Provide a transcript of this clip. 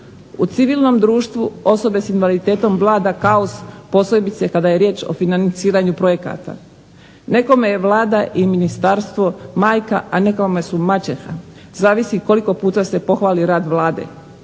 U civilnom društvu osobe s invaliditetom vlada kaos, posebice kada je riječ o financiranju projekata. Nekome je Vlada i ministarstvo majka, a nekome su maćeha, zavisi koliko puta se pohvali rad Vlade.